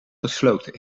gesloten